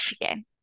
again